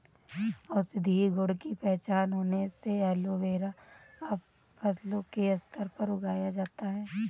औषधीय गुण की पहचान होने से एलोवेरा अब फसलों के स्तर पर उगाया जाता है